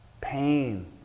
pain